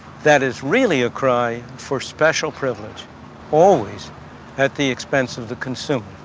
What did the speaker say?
that is really a cry for special privilege always at the expense of the consumer.